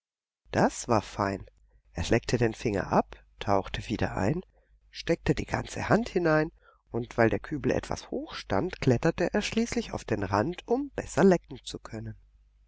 das war fein er schleckte den finger ab tauchte wieder ein steckte die ganze hand hinein und weil der kübel etwas hoch stand kletterte er schließlich auf den rand um besser lecken zu können